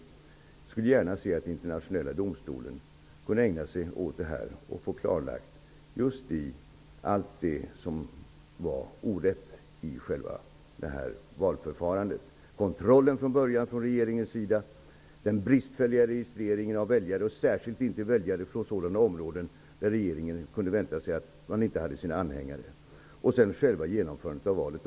Jag skulle gärna se att Internationella domstolen kunde ägna sig åt detta och få klarlagt allt det som var orätt i själva valförfarandet: regeringens kontroll från början, den bristfälliga registreringen av väljare; och särskilt väljare från sådana områden där regeringen kunde vänta sig att den inte hade sina anhängare, och dessutom genomförandet av valet.